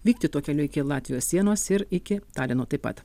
vykti tuo keliu iki latvijos sienos ir iki talino taip pat